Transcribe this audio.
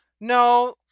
No